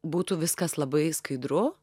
būtų viskas labai skaidru